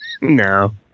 No